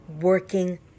working